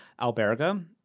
Alberga